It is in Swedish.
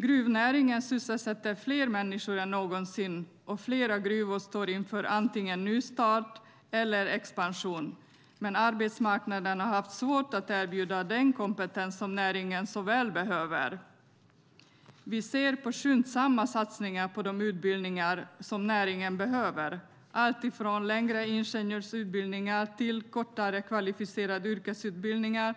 Gruvnäringen sysselsätter fler människor än någonsin, och flera gruvor står inför antingen nystart eller expansion. Arbetsmarknaden har dock haft svårt att erbjuda den kompetens som näringen så väl behöver. Vi ser skyndsamma satsningar på de utbildningar som näringen behöver, alltifrån längre ingenjörsutbildningar till kortare kvalificerade yrkesutbildningar,